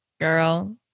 Girl